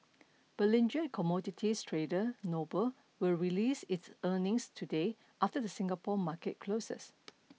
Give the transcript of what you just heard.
belinge commodities trader Noble will release its earnings today after the Singapore market closes